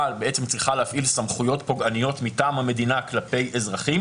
בעצם צריכה להפעיל סמכויות פוגעניות מטעם המדינה כלפי אזרחים.